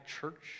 church